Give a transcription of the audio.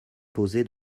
posé